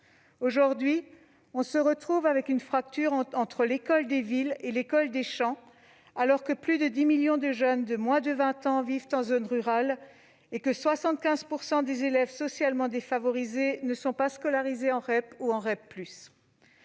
Aujourd'hui, on se retrouve avec une fracture entre l'école des villes et l'école des champs, alors que plus de dix millions de jeunes de moins de 20 ans vivent en zone rurale et que 75 % des élèves socialement défavorisés ne sont pas scolarisés en REP ou en REP+.